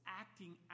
acting